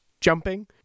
jumping